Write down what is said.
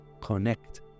connect